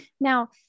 Now